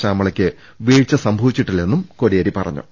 ശ്യാമളക്ക് വീഴ്ച സംഭ വിച്ചിട്ടില്ലെന്നും കോടിയേരി പറഞ്ഞു